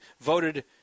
voted –